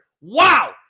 Wow